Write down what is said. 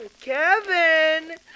Kevin